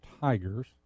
tigers